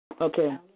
Okay